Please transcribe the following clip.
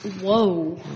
Whoa